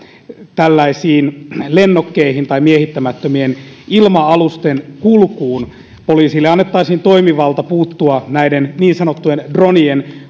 tällaisten lennokkien tai miehittämättömien ilma alusten kulkuun poliisille annettaisiin toimivalta puuttua näiden niin sanottujen dronejen